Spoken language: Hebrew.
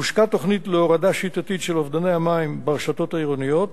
הושקה תוכנית להורדה שיטתית של אובדני המים ברשתות העירוניות.